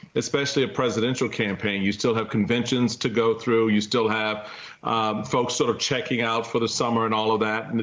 especially a presidential campaign. you still have conventions to go through. you still have folks sort of checking out for the summer and all of that. and so,